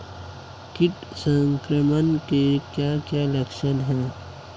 कीट संक्रमण के क्या क्या लक्षण हैं?